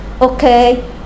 okay